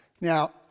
Now